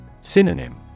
Synonym